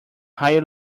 higher